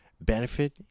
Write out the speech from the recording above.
benefit